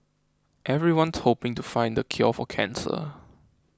everyone's hoping to find the cure for cancer